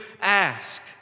ask